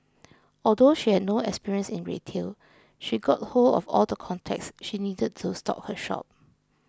although she had no experience in retail she got hold of all the contacts she needed to stock her shop